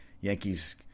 Yankees